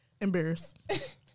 Embarrassed